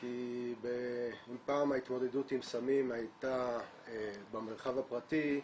כי אם פעם ההתמודדות עם סמים הייתה במרחב הפרטי,